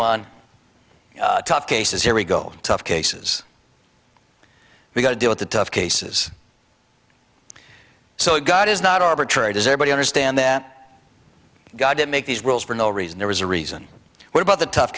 tough cases here we go to of cases we've got to deal with the tough cases so god is not arbitrary does a body understand that god didn't make these rules for no reason there was a reason what about the tough